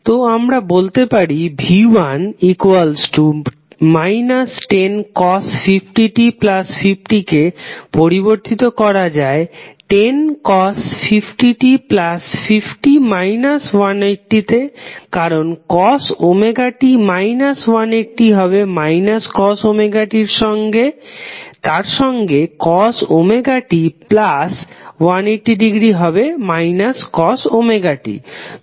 তো আমরা বলতে পারি v1 1050t50 কে পরিবর্তিত করা যায় 1050t50 180 তে কারণ cos ωt 180 হবে cos ωt তার সঙ্গে cos ωt180 হবে cos ωt